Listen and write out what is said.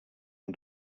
amb